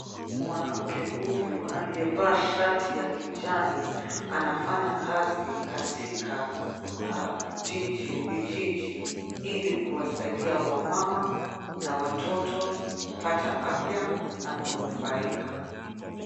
Mwanamke huyu aliyevaa shati ya kijani, anafanya kazi katika jiji vijiji, ili kuwasaidia wamama na watoto kupata afya na kunufaika.